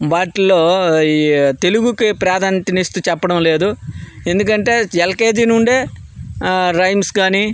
వాటిల్లో ఈ తెలుగుకు ప్రాధాన్యతను ఇస్తూ చెప్పడం లేదు ఎందుకంటే ఎల్కేజి నుండే రైమ్స్ కానీ